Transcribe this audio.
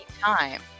time